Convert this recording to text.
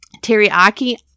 teriyaki